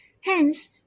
Hence